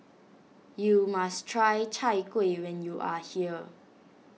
you must try Chai Kueh when you are here